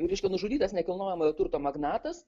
vyriškio nužudytas nekilnojamojo turto magnatas